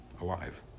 alive